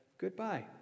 goodbye